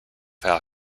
how